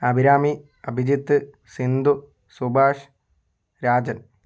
Abhirami Abhijith Sindhu Subhash Rajan